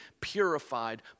purified